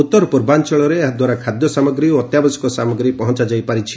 ଉତ୍ତର ପୂର୍ବାଞ୍ଚଳରେ ଏହାଦ୍ୱାରା ଖାଦ୍ୟ ସାମଗ୍ରୀ ଓ ଅତ୍ୟାବଶ୍ୟକ ସାମଗ୍ରୀ ପହଞ୍ଚାଯାଇ ପରିଛି